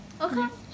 Okay